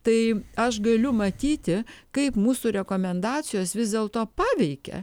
tai aš galiu matyti kaip mūsų rekomendacijos vis dėlto paveikia